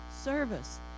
service